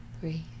three